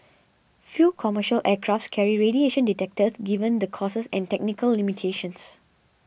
few commercial aircrafts carry radiation detectors given the costs and technical limitations